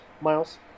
Miles